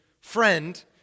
friend